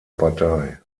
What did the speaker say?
partei